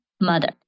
mother